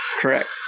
Correct